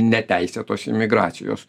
neteisėtos imigracijos